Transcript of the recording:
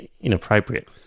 inappropriate